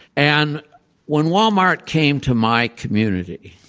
and when walmart came to my community,